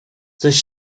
coś